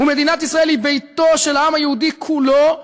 ומדינת ישראל היא ביתו של העם היהודי כולו,